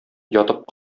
ятып